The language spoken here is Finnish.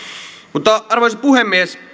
mutta arvoisa puhemies